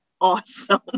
awesome